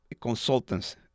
consultants